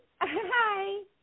Hi